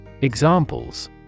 Examples